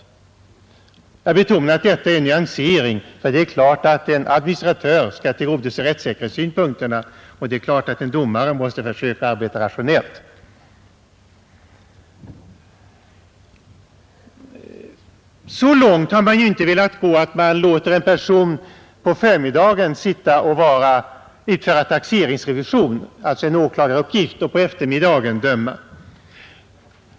Jag betonar att detta är en nyansering, ty det är klart att en administratör skall tillgodose rättssäkerhetssynpunkterna också, och lika klart är att även en domare måste försöka arbeta rationellt. Så långt har man nu inte velat gå, att man låter en person sitta och utföra taxeringsrevision på förmiddagarna — alltså en åklagaruppgift — och sitta som domare på eftermiddagen.